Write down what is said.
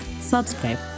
subscribe